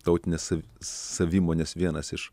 tautinės savimonės vienas iš